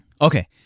Okay